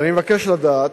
אבל אני מבקש לדעת,